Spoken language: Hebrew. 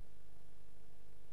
מתנגדים,